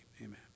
Amen